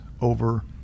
over